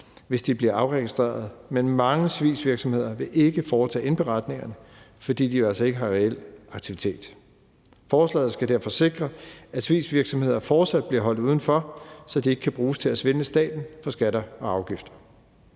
hvis de bliver afregistreret, men mange svigsvirksomheder vil ikke foretage indberetningerne, fordi de jo altså ikke har reel aktivitet. Forslaget skal derfor sikre, at svigsvirksomheder fortsat bliver holdt udenfor, så de ikke kan bruges til at snyde staten for skatter og afgifter.